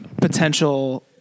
potential